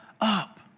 up